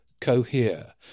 cohere